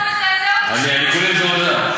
אני כולי מזועזע.